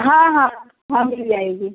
हाँ हाँ हाँ मिल जाएगी